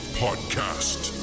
podcast